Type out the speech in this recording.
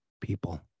people